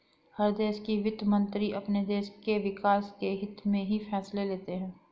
हर देश के वित्त मंत्री अपने देश के विकास के हित्त में ही फैसले लेते हैं